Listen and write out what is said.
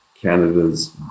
Canada's